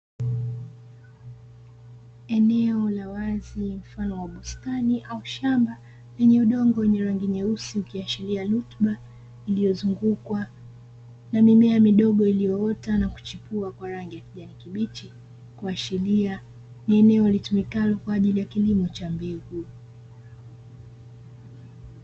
Eneo la wazi mfano wa bustani au shamba, lenye udongo wenye rangi nyeusi ukiashiria rutuba, iliyozungukwa na mimea midogo iliyoota na kuchipua kwa rangi ya kijani kibichi. Kuashiria ni eneo litumikalo kwa ajili ya kilimo cha mbegu.